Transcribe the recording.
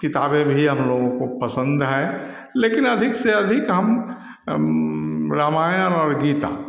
किताबें भी हम लोगों को पसंद हैं लेकिन अधिक से अधिक हम रामायण और गीता